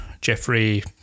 Jeffrey